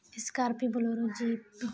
scorpio bolero jeep